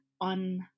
on